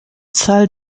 zahl